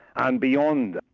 and beyond.